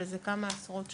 אבל זה כמה עשרות שקלים.